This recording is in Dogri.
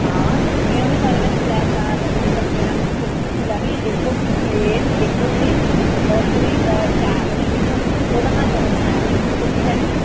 हां जुत्तियां बी साढ़े कश त्रै चार किस्म दियां न तुसें कोह्की जुत्ती लैनी इक होंदी प्लेन इक होंदी थोह्ड़ी शैल ऐ निं इक होंदी थोह्ड़ी ओह्दा शा जैदा शैल होंदी तुसें कोह्की लैनी